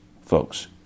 folks